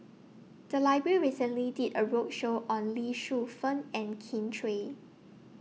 The Library recently did A roadshow on Lee Shu Fen and Kin Chui